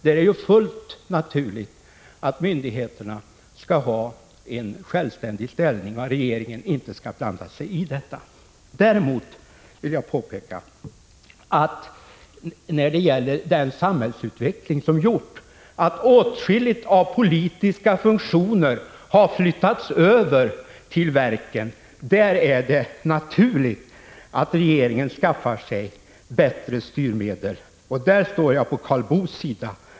Det är fullt naturligt att myndigheterna skall ha en självständig ställning utan att regeringen skall blanda sig i det. Däremot har samhällsutvecklingen gjort att åtskilligt av politiska funktioner har flyttats över till verken. Där är det naturligt att regeringen skaffar sig bättre styrmedel. Här står jag på Karl Boos sida.